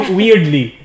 weirdly